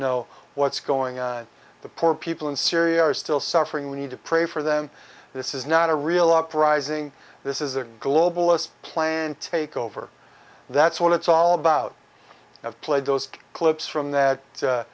know what's going on the poor people in syria are still suffering we need to pray for them this is not a real uprising this is a globalist planned takeover that's what it's all about have played those clips from that